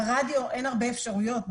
ברדיו אין הרבה אפשרויות.